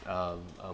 um um